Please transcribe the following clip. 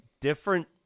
different